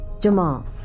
Jamal